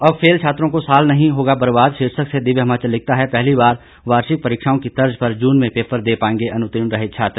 अब फेल छात्रों का साल नहीं होगा बर्बाद शीर्षक से दिव्य हिमाचल लिखता है पहली बार वार्षिक परीक्षाओं की तर्ज पर जून में पेपर दे पाएंगे अनुतीर्ण रहे छात्र